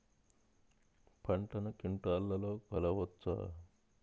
పంటను క్వింటాల్లలో కొలవచ్చా?